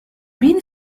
been